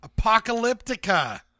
Apocalyptica